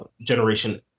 Generation